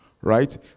Right